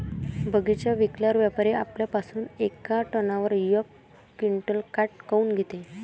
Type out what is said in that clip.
बगीचा विकल्यावर व्यापारी आपल्या पासुन येका टनावर यक क्विंटल काट काऊन घेते?